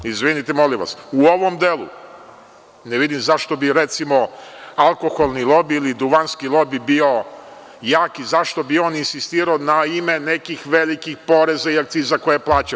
Izvinite molim vas, u ovom delu ne vidim zašto bi recimo, alkoholni lobi, ili duvanski lobi, bio jak, i zašto bi on insistirao na ime nekih velikih poreza i akciza koji plaća.